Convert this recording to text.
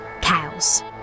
Cows